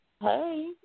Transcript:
Hey